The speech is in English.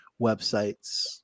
websites